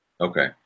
Okay